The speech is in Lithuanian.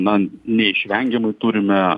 na neišvengiamai turime